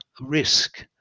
risk